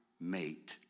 mate